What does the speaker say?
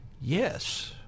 yes